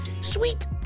sweet